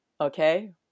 okay